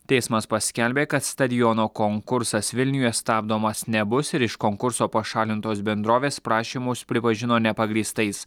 teismas paskelbė kad stadiono konkursas vilniuje stabdomas nebus ir iš konkurso pašalintos bendrovės prašymus pripažino nepagrįstais